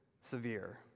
severe